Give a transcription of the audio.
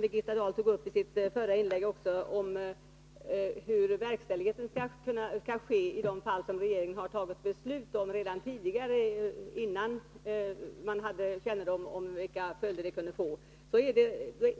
Birgitta Dahl tog i sitt förra inlägg upp frågan om verkställigheten i de fall som regeringen fattat beslut om redan innan man hade kännedom om vilka följder en utvisning kunde få.